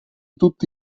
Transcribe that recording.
tutti